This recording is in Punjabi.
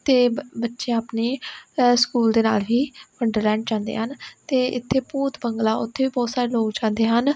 ਅਤੇ ਬੱ ਬੱਚੇ ਆਪਣੇ ਸਕੂਲ ਦੇ ਨਾਲ ਹੀ ਵੰਡਰਲੈਂਡ ਜਾਂਦੇ ਹਨ ਅਤੇ ਇੱਥੇ ਭੂਤ ਬੰਗਲਾ ਉੱਥੇ ਬਹੁਤ ਸਾਰੇ ਲੋਕ ਜਾਂਦੇ ਹਨ